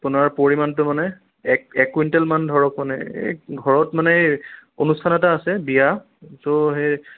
আপোনাৰ পৰিমানটো মানে এক এক কুইন্টেল মান ধৰক মানে এই ঘৰত মানে এই অনুষ্ঠান এটা আছে বিয়া চো সেই